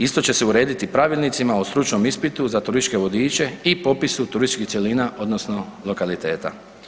Isto će se urediti i Pravilnicima o stručnom ispitu za turističke vodiče i popisu turističkih cjelina odnosno lokaliteta.